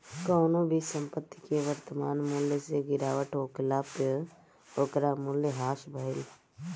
कवनो भी संपत्ति के वर्तमान मूल्य से गिरावट होखला पअ ओकर मूल्य ह्रास भइल